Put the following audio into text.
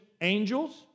angels